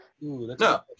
no